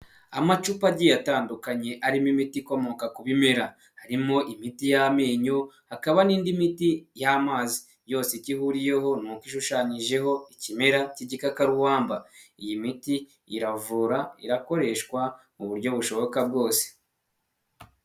Amacupa agiye atandukanye arimo imiti ikomoka ku bimera, harimo imiti y'amenyo hakaba n'indi miti y'amazi, yose icyo ihuriyeho ni uko ishushanyijeho ikimera cy'igikakarubamba, iyi miti iravura irakoreshwa mu buryo bushoboka bwose.